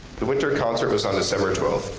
the winter concert was on december twelfth.